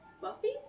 Buffy